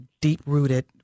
deep-rooted